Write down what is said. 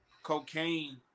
cocaine